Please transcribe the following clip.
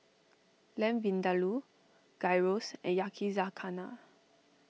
Lamb Vindaloo Gyros and Yakizakana